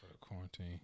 quarantine